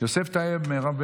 טטיאנה מזרסקי,